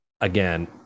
again